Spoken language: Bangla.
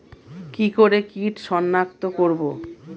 কি করে কিট শনাক্ত করব?